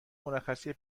مرخصی